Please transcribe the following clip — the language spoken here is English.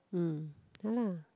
mm ya lah